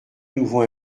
nouveau